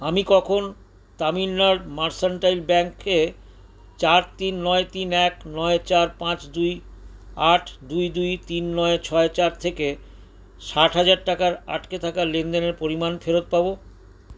আমি কখন তামিলনাড় মার্সান্টাইল ব্যাঙ্কে চার তিন নয় তিন এক নয় চার পাঁচ দুই আট দুই দুই তিন নয় ছয় চার থেকে ষাট হাজার টাকার আটকে থাকা লেনদেনের পরিমাণ ফেরত পাবো